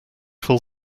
full